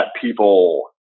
people